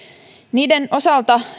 niiden osalta